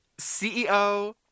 CEO